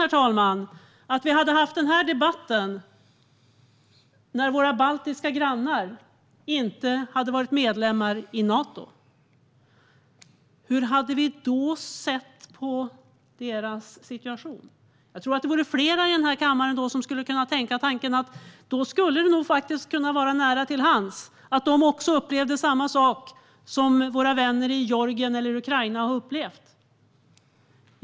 Tänk tanken att vi hade haft den här debatten om våra baltiska grannar inte hade varit medlemmar i Nato. Hur hade vi då sett på deras situation? Jag tror att flera i den här kammaren då skulle kunna tänka tanken att det nog skulle kunna vara nära till hands att de upplevde samma sak som våra vänner i Georgien eller Ukraina har upplevt.